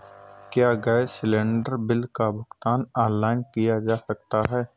क्या gas cylinder bill का भुगतान ऑनलाइन किया जा सकता है?